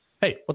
hey